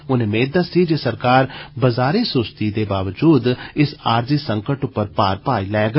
उनें मेद दस्सी जे सरकार बाजारी सुस्ती दे बावजूद इस आरजी संकट पर पार पाई लैग